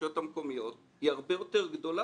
הרשויות המקומיות היא הרבה יותר גדולה